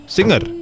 Singer